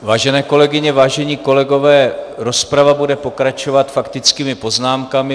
Vážené kolegyně, vážení kolegové, rozprava bude pokračovat faktickými poznámkami.